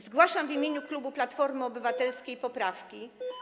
Zgłaszam w imieniu klubu Platformy Obywatelskiej poprawki.